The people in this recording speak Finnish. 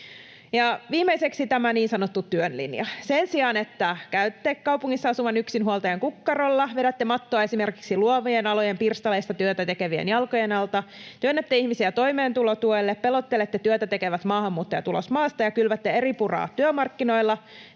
Viimeiseksi tämä niin sanottu työn linja: Sen sijaan, että käytte kaupungissa asuvan yksinhuoltajan kukkarolla, vedätte mattoa esimerkiksi luovien alojen pirstaleista työtä tekevien jalkojen alta, työnnätte ihmisiä toimeentulotuelle, pelottelette työtä tekevät maahanmuuttajat ulos maasta ja kylvätte eripuraa työmarkkinoilla,